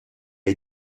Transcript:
hai